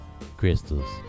Crystals